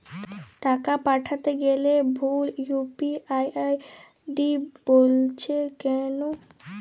টাকা পাঠাতে গেলে ভুল ইউ.পি.আই আই.ডি বলছে কেনো?